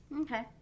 Okay